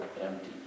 empty